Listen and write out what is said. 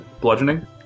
Bludgeoning